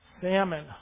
salmon